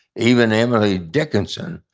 even emily dickinson.